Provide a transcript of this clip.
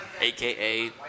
AKA